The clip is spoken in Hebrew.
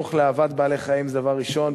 חינוך לאהבת בעלי-חיים זה דבר ראשון,